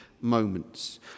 moments